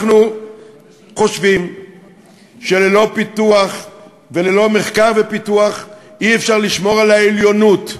אנחנו חושבים שללא פיתוח וללא מחקר ופיתוח אי-אפשר לשמור על העליונות.